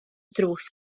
drws